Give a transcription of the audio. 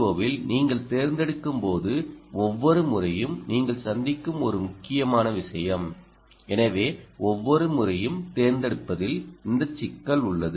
ஓவில் நீங்கள் தேர்ந்தெடுக்கும்போது ஒவ்வொரு முறையும் நீங்கள் சந்திக்கும் ஒரு முக்கியமான விஷயம் எனவே ஒவ்வொரு முறையும் தேர்ந்தெடுப்பதில் இந்த சிக்கல் உள்ளது